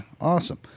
Awesome